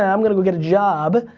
i'm gonna go get a job,